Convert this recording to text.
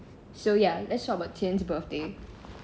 so ya let's talk about qian's birthday